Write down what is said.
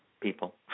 people